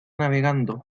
navegando